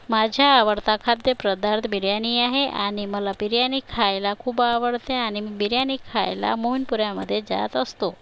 माझ्या आवडता खाद्यपदार्थ बिर्याणी आहे आणि मला बिर्याणी खायला खूप आवडते आणि मी बिर्याणी खायला मौनपुऱ्यामध्ये जात असतो